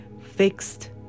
fixed